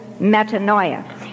metanoia